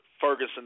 Ferguson